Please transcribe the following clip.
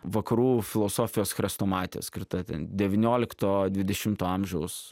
vakarų filosofijos chrestomatija skirta ten devyniolikto dvidešimto amžiaus